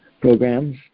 programs